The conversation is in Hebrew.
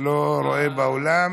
רואה גם אותו באולם.